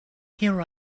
here